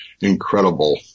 incredible